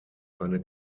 eine